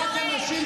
חברת הכנסת פרידמן,